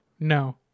No